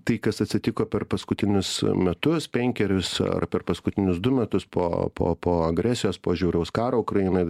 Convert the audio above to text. tai kas atsitiko per paskutinius metus penkerius ar per paskutinius du metus po po po agresijos po žiauraus karo ukrainoj